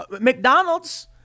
McDonald's